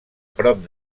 prop